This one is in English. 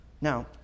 Now